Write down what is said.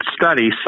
study